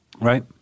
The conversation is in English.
right